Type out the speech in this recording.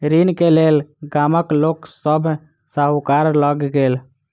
ऋण के लेल गामक लोक सभ साहूकार लग गेल